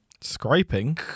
Scraping